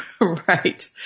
Right